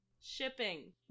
Shipping